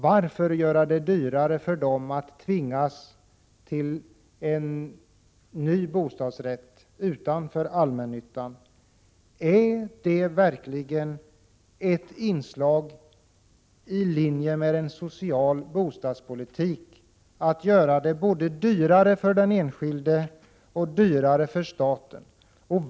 Varför skall de tvingas till en ny bostadsrätt utanför allmännyttan? Överensstämmer det verkligen med en social bostadspolitik att göra det dyrare både för den enskilde och för staten?